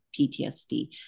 PTSD